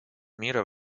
мира